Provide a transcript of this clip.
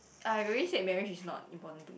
I already said marriage is not important to me